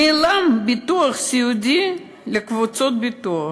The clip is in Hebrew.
נעלם הביטוח הסיעודי לקבוצות ביטוח,